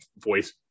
voice